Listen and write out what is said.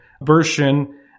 version